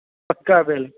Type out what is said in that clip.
ਪੱਕਾ ਬਿੱਲ